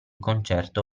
concerto